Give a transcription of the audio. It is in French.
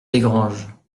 desgranges